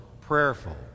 prayerful